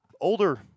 older